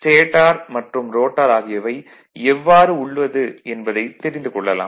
stator மற்றும் rotor ஆகியவை எவ்வாறு உள்ளது என்பதைத் தெரிந்து கொள்ளலாம்